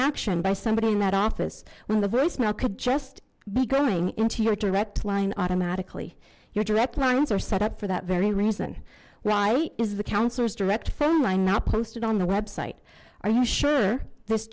action by somebody in that office when the growth now could just be going into your direct line automatically your direct lines are set up for that very reason why is the council's direct phone line not posted on the website are you sure this